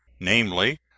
namely